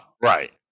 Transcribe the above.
Right